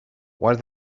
while